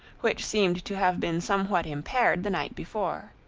which seemed to have been somewhat impaired the night before.